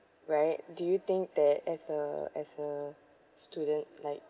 right do you think that as a as a student like